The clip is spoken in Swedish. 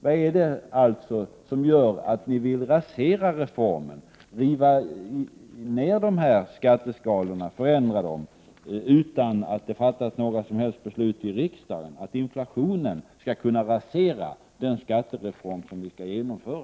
Vad är det som gör att ni vill rasera reformen, riva ner de här skatteskalorna och förändra dem utan att det fattas några som helst beslut i riksdagen? Varför skall inflationen kunna rasera den skattereform som vi skall genomföra?